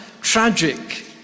tragic